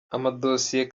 amadosiye